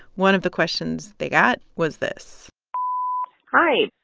one of the questions they got was this hi.